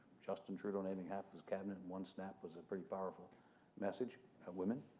justin trudeau naming half of his cabinet in one snap was a pretty powerful message women